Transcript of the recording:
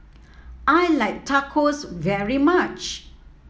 I like Tacos very much